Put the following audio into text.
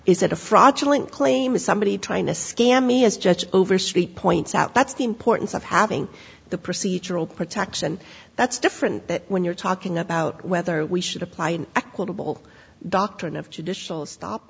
that a fraudulent claim is somebody trying to scam me as judge overstreet points out that's the importance of having the procedural protection that's different when you're talking about whether we should apply an equitable doctrine of judicial stop